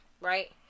right